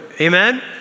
Amen